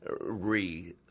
re